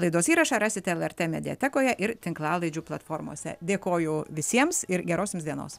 laidos įrašą rasite lrt mediatekoje ir tinklalaidžių platformose dėkoju visiems ir geros jums dienos